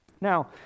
Now